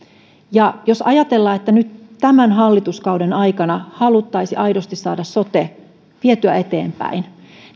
jos ajatellaan että nyt tämän hallituskauden aikana haluttaisiin aidosti saada sote vietyä eteenpäin